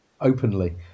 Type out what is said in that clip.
openly